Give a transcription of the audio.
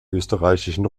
österreichischen